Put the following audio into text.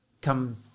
come